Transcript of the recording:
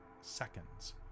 seconds